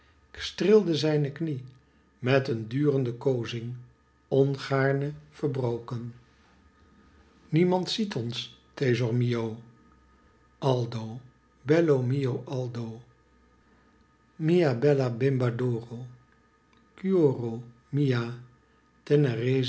zijn knie met een durende koozing ongaarne verbroken iniemand ziet ons cesor mio aldo bello mio aldo bimba mia